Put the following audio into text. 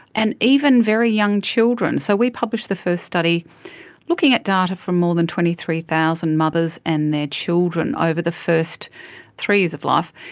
and even very young children. so we published the first study looking at data from more than twenty three thousand mothers and their children over the first three years of life,